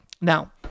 Now